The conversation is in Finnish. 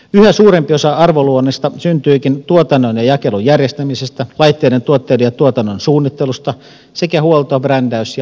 yhä suurempi osa arvonluonnista syntyykin tuotannon ja jakelun järjestämisestä laitteiden tuotteiden ja tuotannon suunnittelusta sekä huolto brändäys ja markkinointitoiminnasta